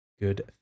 good